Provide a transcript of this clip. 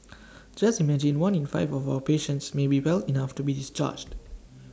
just imagine one in five of our patients may be well enough to be discharged